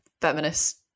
feminist